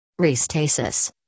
Restasis